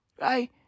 Right